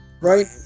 right